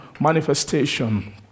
manifestation